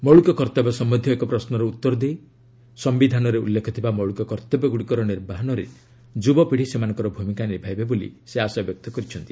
ମୌଳିକ କର୍ତ୍ତବ୍ୟ ସମ୍ଭନ୍ଧୀୟ ଏକ ପ୍ରଶ୍ନର ଉତ୍ତର ଦେଇ ସମ୍ଭିଧାନରେ ଉଲ୍ଲେଖ ଥିବା ମୌଳିକ କର୍ତ୍ତବ୍ୟଗୁଡ଼ିକର ନିର୍ବାହନରେ ଯୁବପିଢ଼ି ସେମାନଙ୍କର ଭୂମିକା ନିଭାଇବେ ବୋଲି ସେ ଆଶା ବ୍ୟକ୍ତ କରିଛନ୍ତି